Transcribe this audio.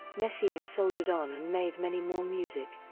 messiaen soldiered on and made many more music.